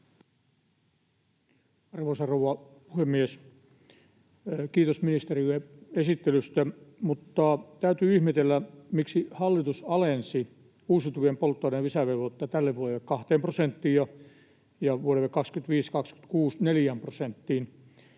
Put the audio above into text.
Arvoisa rouva puhemies! Kiitos ministerille esittelystä. Mutta täytyy ihmetellä, miksi hallitus alensi uusiutuvien polttoaineiden lisävelvoitetta tälle vuodelle kahteen prosenttiin ja vuosille 25—26 neljään prosenttiin,